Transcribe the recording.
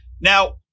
Now